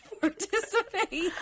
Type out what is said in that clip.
participate